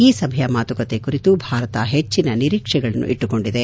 ಈ ಸಭೆಯ ಮಾತುಕತೆ ಕುರಿತು ಭಾರತ ಹೆಚ್ಚಿನ ನಿರೀಕ್ಷೆಗಳನ್ನು ಇಟ್ಟುಕೊಂಡಿದೆ